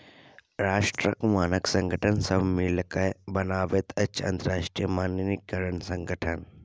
राष्ट्रक मानक संगठन सभ मिलिकए बनाबैत अछि अंतरराष्ट्रीय मानकीकरण संगठन